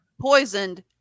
Poisoned